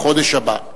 בחודש הבא.